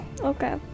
Okay